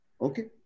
okay